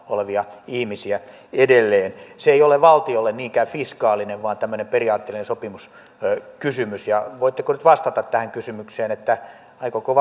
olevia ihmisiä edelleen se ei ole valtiolle niinkään fiskaalinen vaan tämmöinen periaatteellinen sopimuskysymys ja voitteko nyt vastata tähän kysymykseen aikooko